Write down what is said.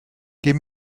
give